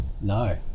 No